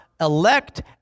elect